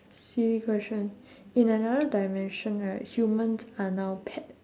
silly question in another dimension right humans are now pet